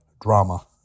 drama